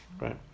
right